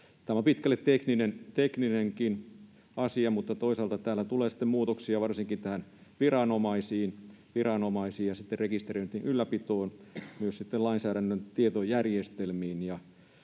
Tämä on pitkälle tekninenkin asia, mutta toisaalta täällä tulee sitten muutoksia varsinkin viranomaisiin ja rekisteröintien ylläpitoon, myös sitten lainsäädännön tietojärjestelmiin.